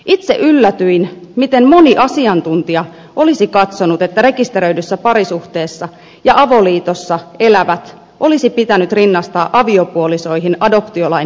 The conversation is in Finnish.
itse yllätyin miten moni asiantuntija olisi katsonut että rekisteröidyssä parisuhteessa ja avoliitossa elävät olisi pitänyt rinnastaa aviopuolisoihin adoptiolain kokonaisuudistuksessa